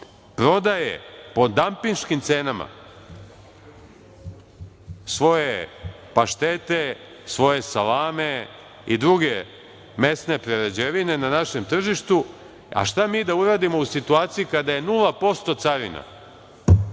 prodaje po dampinškim cenama svoje paštete, svoje salame i druge mesne prerađevine na našem tržištu. Šta mi da uradimo u situaciji kada je 0% carina